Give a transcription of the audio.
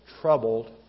troubled